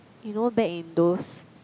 you know back in those